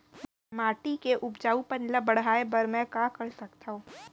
माटी के उपजाऊपन ल बढ़ाय बर मैं का कर सकथव?